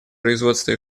производство